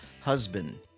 husband